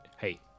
Hey